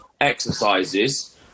exercises